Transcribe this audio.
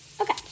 Okay